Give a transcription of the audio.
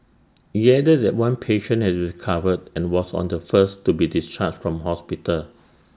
IT added that one patient has recovered and was on the first to be discharged from hospital